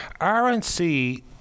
RNC